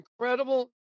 incredible